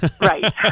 Right